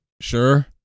sure